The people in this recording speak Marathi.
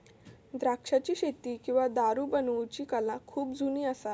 द्राक्षाची शेती किंवा दारू बनवुची कला खुप जुनी असा